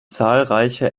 zahlreiche